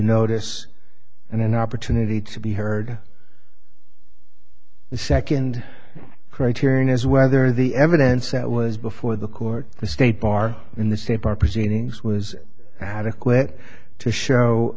notice and an opportunity to be heard the second criterion is whether the evidence that was before the court the state bar in the state bar proceedings was adequate to show